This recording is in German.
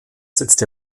sitzt